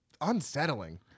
unsettling